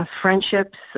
friendships